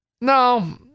No